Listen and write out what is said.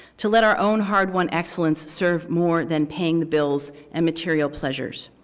to let our own hard won excellence serve more than paying the bills and material pleasures.